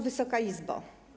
Wysoka Izbo!